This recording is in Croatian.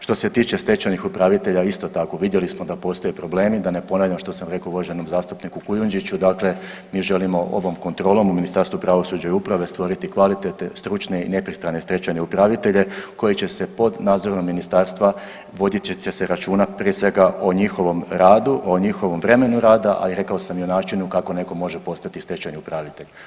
Što se tiče stečajnih upravitelja isto tako vidjeli smo da postoje problemi, da ne ponavljam što sam rekao uvaženom zastupniku Kujundžiću dakle mi želimo ovom kontrolom u Ministarstvu pravosuđa i uprave stvoriti kvalitetne, stručne i nepristrane stečajne upravitelje koji će se pod nadzorom ministarstva vodit će se računa prije svega o njihovom radu, o njihovom vremenu rada, a i rekao sam i o načinu kako neko može postati stečajni upravitelj.